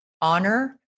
Honor